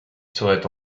serait